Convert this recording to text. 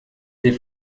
des